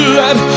let